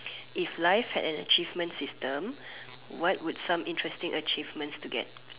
if life had an achievement system what would some interesting achievements to get